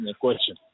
question